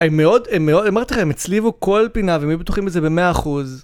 הם מאוד, הם מאוד, אמרתי לכם, הם הצליבו כל פינה והם יהיו בטוחים בזה במאה אחוז.